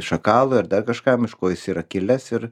šakalui ar dar kažkam iš ko jis yra kilęs ir